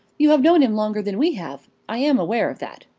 you have known him longer than we have. i am aware of that.